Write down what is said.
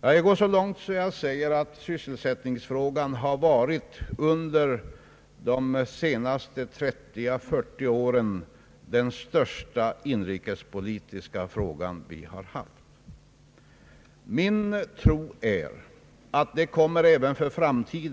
Jag går så långt att jag säger att sysselsättningsfrågan under de senaste 30—40 åren varit den största inrikespolitiska fråga vi haft. Min tro är att den även för framtiden